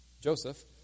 Joseph